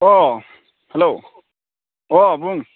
अ हेल' अ बुं